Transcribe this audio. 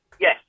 yes